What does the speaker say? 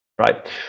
Right